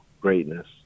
greatness